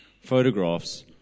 photographs